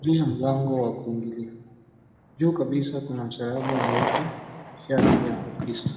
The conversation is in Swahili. juu ya mlango wa kuingilia juu kabisa kuna msalaba mweupe ishara ya Ukristo.